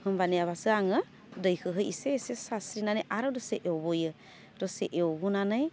होमबानियाबासो आङो दैखौहै इसे इसे सारस्रिनानै आरो दसे एवबोयो दसे एवबोनानै